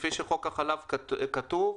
כפי שחוק החלב כתוב,